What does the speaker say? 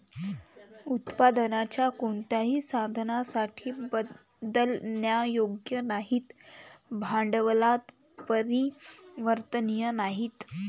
उत्पादनाच्या कोणत्याही साधनासाठी बदलण्यायोग्य नाहीत, भांडवलात परिवर्तनीय नाहीत